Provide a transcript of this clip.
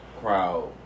crowd